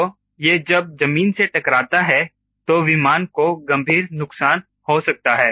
तो यह जब जमीन से टकराता है तो विमान को गंभीर नुकसान हो सकता है